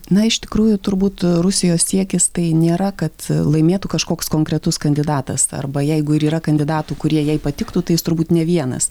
na iš tikrųjų turbūt rusijos siekis tai nėra kad laimėtų kažkoks konkretus kandidatas arba jeigu ir yra kandidatų kurie jai patiktų tai turbūt ne vienas